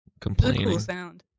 Complaining